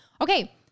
Okay